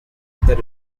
other